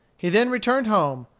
he then returned home,